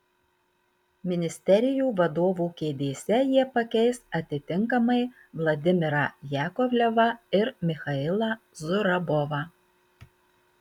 ministerijų vadovų kėdėse jie pakeis atitinkamai vladimirą jakovlevą ir michailą zurabovą